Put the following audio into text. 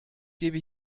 gebe